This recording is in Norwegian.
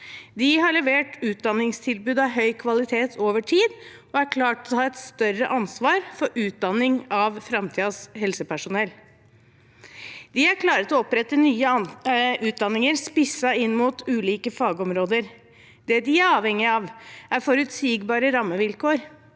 De har levert utdanningstilbud av høy kvalitet over tid og er klare til å ta et større ansvar for utdanning av framtidens helsepersonell. De er klare til å opprette nye utdanninger spisset inn mot ulike fagområder. Det de er avhengig av, er forutsigbare rammevilkår.